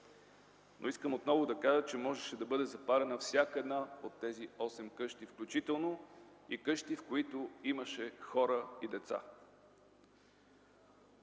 Искам отново да кажа, че можеше да бъде запалена всяка една от тези осем къщи, включително и къщи, в които имаше хора и деца.